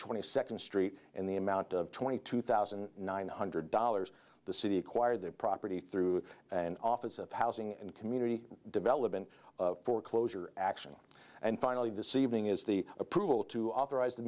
twenty second street in the amount of twenty two thousand nine hundred dollars the city acquired their property through an office of housing and community development for closure action and finally this evening is the approval to authorize